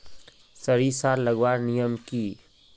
सरिसा लगवार नियम की?